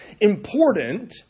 important